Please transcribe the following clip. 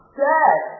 dad